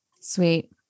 Sweet